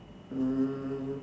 mm